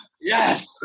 Yes